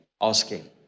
asking